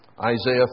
Isaiah